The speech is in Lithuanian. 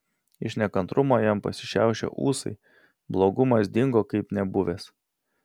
iš nekantrumo jam pasišiaušė ūsai blogumas dingo kaip nebuvęs